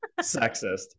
sexist